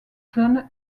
jeunes